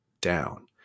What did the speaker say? down